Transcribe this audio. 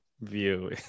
view